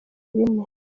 bine